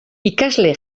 ikasle